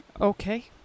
Okay